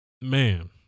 man